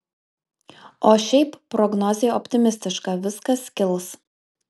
o šiaip prognozė optimistiška viskas kils